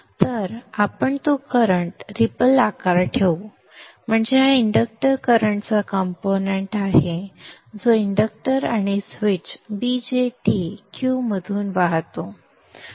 तर आपण तो करंट रीपल आकार ठेवू म्हणजे हा इंडक्टर करंटचा कंपोनेंट्स आहे जो इंडक्टर आणि स्विच BJT Q मधून वाहतो